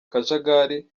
kajagari